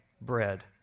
bread